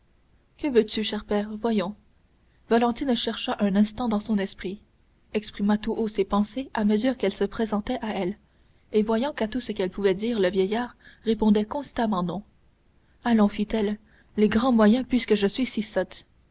que veux-tu cher père voyons valentine chercha un instant dans son esprit exprima tout haut ses pensées à mesure qu'elles se présentaient à elle et voyant qu'à tout ce qu'elle pouvait dire le vieillard répondait constamment non allons fit-elle les grands moyens puisque je suis si sotte